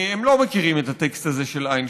הם לא מכירים את הטקסט הזה של איינשטיין,